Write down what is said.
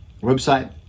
website